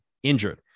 injured